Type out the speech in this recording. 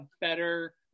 better